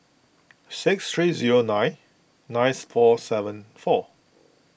six three zero nine ninth four seven four